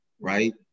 right